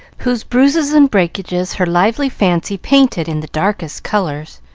whose bruises and breakages her lively fancy painted in the darkest colors.